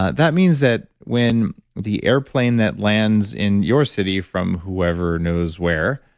ah that means that when the airplane that lands in your city from whoever knows where,